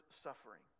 suffering